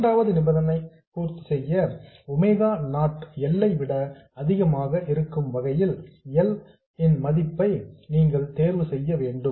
இரண்டாவது நிபந்தனையை பூர்த்தி செய்ய ஒமேகா நாட் L ஐ விட அதிகமாக இருக்கும் வகையில் L இன் மதிப்பை நீங்கள் தேர்வு செய்ய வேண்டும்